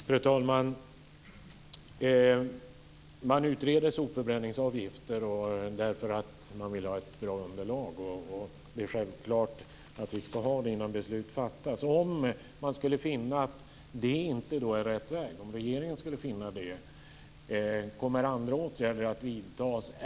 Fru talman! Man utreder sopförbränningsavgifter därför att man vill ha ett bra underlag, och det är självklart att vi ska ha det innan beslut fattas. Om regeringen skulle finna att det inte är rätt väg, kommer då andra åtgärder att vidtas?